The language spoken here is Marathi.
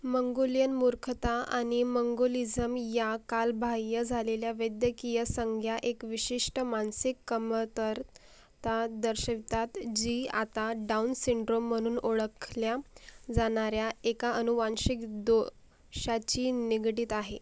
मंगोलियन मूर्खता आणि मंगोलिझम या कालबाह्य झालेल्या वैद्यकीय संज्ञा एक विशिष्ट मानसिक कमतर ता दर्शिवतात जी आता डाऊन सिन्ड्रोम म्हणून ओळखल्या जाणाऱ्या एका अनुवांशिक दोषाची निगडित आहे